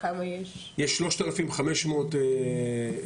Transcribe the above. יש שלושת אלפים חמש מאות עובדים,